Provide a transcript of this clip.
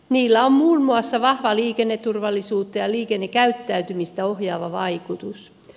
niillä on muun muassa vahva liikenneturvallisuutta ja liikennekäyttäytymistä ohjaava vaikutus